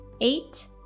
eight